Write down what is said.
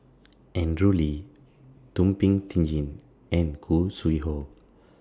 Andrew Lee Thum Ping Tjin and Khoo Sui Hoe